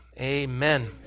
Amen